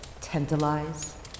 tantalize